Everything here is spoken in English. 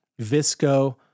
Visco